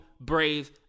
brave